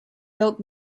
built